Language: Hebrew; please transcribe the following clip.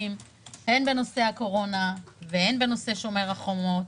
הן בנושא הקורונה והן בנושא שומר החומות,